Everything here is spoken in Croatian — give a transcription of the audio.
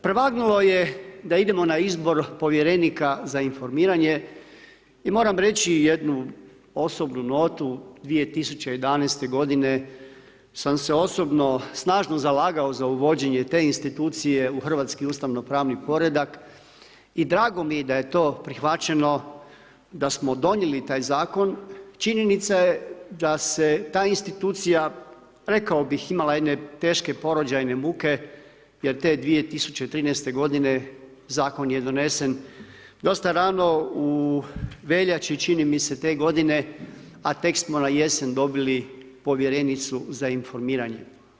Prevagnulo je da idemo na izbor povjerenika za informiranje i moram reći jednu osobnu notu, 2011. godine sam se osobno snažno zalagao za uvođenje te institucije u hrvatski ustavno pravni poredak i drago mi je da je to prihvaćeno, da smo donijeli taj zakon, činjenica je da se ta institucija, rekao bih imala jedne teške porođajne muke, jer te 2013. godine zakon je donesen dosta rano u veljači čini mi se te godine, a tek smo na jesen dobili povjerenicu za informiranje.